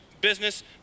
business